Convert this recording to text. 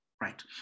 Right